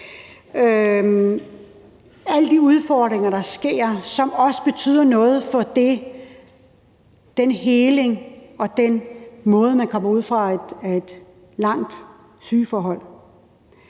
alle de udfordringer, der er, som også betyder noget for den heling og den måde, man kommer ud af et langt sygdomsforløb